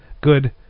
good